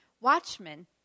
watchmen